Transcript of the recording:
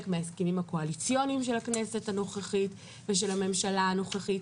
מההסכמים הקואליציוני של הכנסת הנוכחית ושל הממשלה הנוכחית,